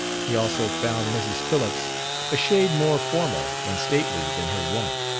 he also found mrs. phillips a shade more formal and stately than her wont.